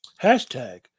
hashtag